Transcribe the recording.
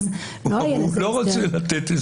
הוא לא רוצה לתת הסבר.